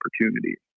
opportunities